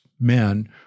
men